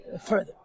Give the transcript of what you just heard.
further